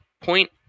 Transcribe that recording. point